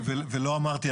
לא אמרתי,